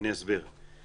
אני אסביר.